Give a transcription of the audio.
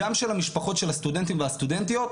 גם של משפחות הסטודנטים והסטודנטיות,